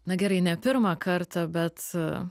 na gerai ne pirmą kartą bet